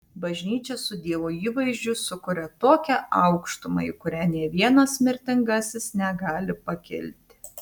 bažnyčia su dievo įvaizdžiu sukuria tokią aukštumą į kurią nė vienas mirtingasis negali pakilti